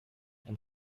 and